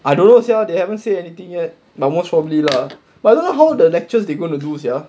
I don't know sia they haven't said anything yet but most probably lah but I don't know how the lectures they going to do sia